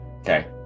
Okay